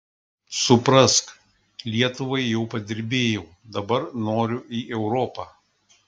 suprask lietuvai jau padirbėjau dabar noriu į europą